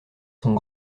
sont